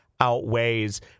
outweighs